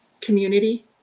community